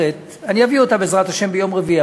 אביא אותה בעזרת השם ביום רביעי.